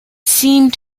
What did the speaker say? seemed